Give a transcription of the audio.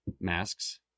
masks